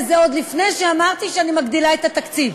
זה עוד לפני שאמרתי שאני מגדילה את התקציב.